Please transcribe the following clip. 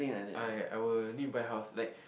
I I would need buy house like